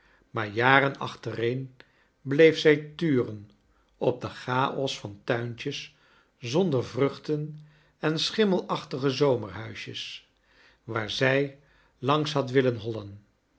maar jaren achtereen bleef zij turen op den chaos van tuintjes zonder vruchten en schimmelachtige zomerhuisjes waar zij langs had willen hollen